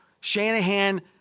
Shanahan